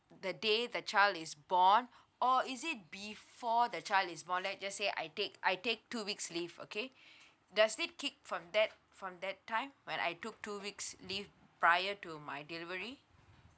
the day the child is born or is it before the child is born let's just say I take I take two weeks leave okay does it kick for that for that time when I took two weeks leave prior to my delivery